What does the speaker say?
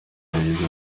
yagize